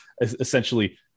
essentially